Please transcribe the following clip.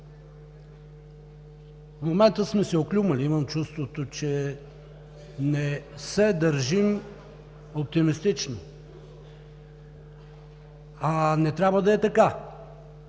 В момента сме се оклюмали. Имам чувството, че не се държим оптимистично, а не трябва да е така.